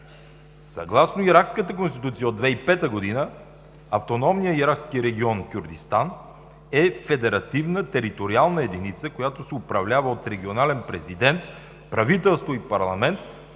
Съгласно иракската Конституция от 2005 г. автономният иракски регион Кюрдистан е федеративна териториална единица, която се управлява от регионален президент, правителство и парламент